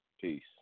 Peace